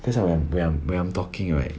cause ah when I'm when I'm talking right